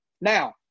Now